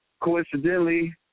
Coincidentally